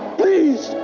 please